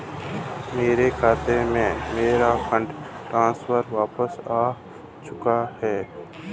मेरे खाते में, मेरा फंड ट्रांसफर वापस आ चुका है